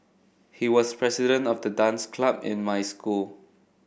he was president of the dance club in my school